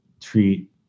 treat